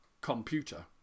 computer